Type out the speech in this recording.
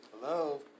Hello